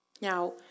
Now